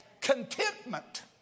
contentment